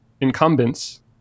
incumbents